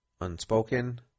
unspoken